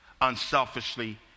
unselfishly